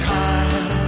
time